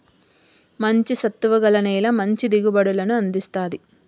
మంచి సత్తువ గల నేల మంచి దిగుబడులను అందిస్తాది